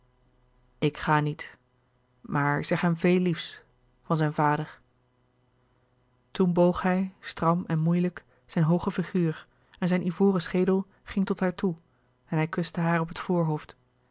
ik ga niet maar zeg hem veel liefs van zijn vader toen boog hij stram en moeilijk zijn hooge figuur en zijn ivoren schedel ging tot haar toe en hij kuste haar op het voorhoofd